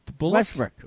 Westbrook